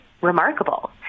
remarkable